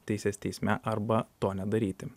teises teisme arba to nedaryti